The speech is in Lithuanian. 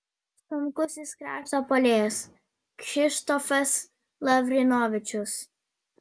sunkusis krašto puolėjas kšištofas lavrinovičius